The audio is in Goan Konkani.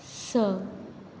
स